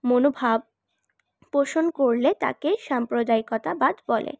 মনোভাব পোষণ করলে তাকে সাম্প্রদায়িকতাবাদ বলে